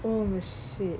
oh shit